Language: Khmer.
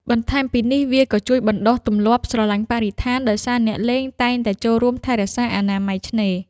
បន្ថែមពីនេះ វាក៏ជួយបណ្ដុះទម្លាប់ ស្រឡាញ់បរិស្ថាន ដោយសារអ្នកលេងតែងតែចូលរួមថែរក្សាអនាម័យឆ្នេរ។